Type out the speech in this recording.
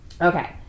okay